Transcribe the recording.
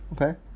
okay